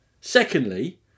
Secondly